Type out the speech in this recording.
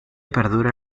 perdura